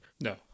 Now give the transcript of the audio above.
no